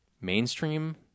mainstream